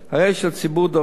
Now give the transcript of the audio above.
הרי שהציבור דורש,